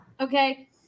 okay